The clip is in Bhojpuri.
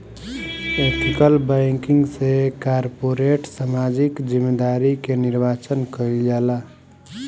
एथिकल बैंकिंग से कारपोरेट सामाजिक जिम्मेदारी के निर्वाचन कईल जाला